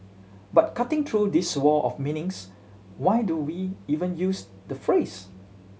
but cutting through this wall of meanings why do we even use the phrase